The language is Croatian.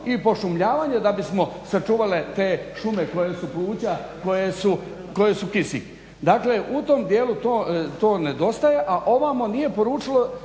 i pošumljavanje da bismo sačuvali te šume koje su pluća, koje su kisik. Dakle u tom dijelu to nedostaje, a ovamo nije poručilo